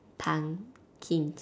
pumpkins